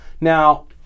Now